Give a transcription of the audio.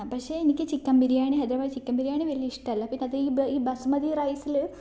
പക്ഷേ എനിക്ക് ചിക്കൻ ബിരിയാണി അഥവാ ചിക്കൻ ബിരിയാണി വലിയ ഇഷ്ടമല്ല പിന്നെ അതീ ബ ഈ ബസ്മതി റൈസില്